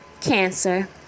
Cancer